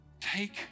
Take